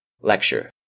lecture